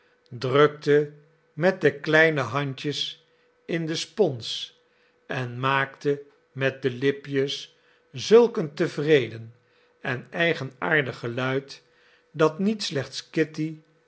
drukte met de kleine handjes in de spons en maakte met de lipjes zulk een tevreden en eigenaardig geluid dat niet slechts kitty